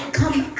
come